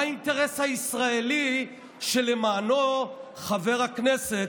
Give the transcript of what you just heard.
מה האינטרס הישראלי שלמענו חבר הכנסת